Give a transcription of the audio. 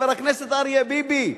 חבר הכנסת אריה ביבי?